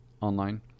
online